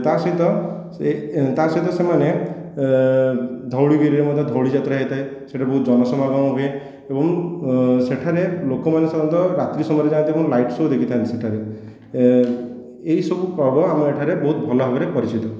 ତା'ସହିତ ତା'ସହିତ ସେମାନେ ଧଉଳିଗିରିରେ ମଧ୍ୟ ଧଉଳିଯାତ୍ରା ହେଇଥାଏ ସେଇଠି ବହୁତ ଜନାସମାଗମ ହୁଏ ଏବଂ ସେଠାରେ ଲୋକମାନେ ସାଧାରଣତଃ ରାତ୍ରି ସମୟରେ ଯାଆନ୍ତି ଏବଂ ନାଇଟ ଶୋ ଦେଖିଥାନ୍ତି ସେଠାରେ ଏହିସବୁ ପର୍ବ ଆମର ଏଠାରେ ବହୁତ ଭଲ ଭାବରେ ପରିଚିତ